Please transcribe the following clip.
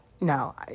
no